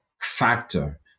factor